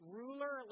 ruler